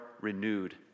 renewed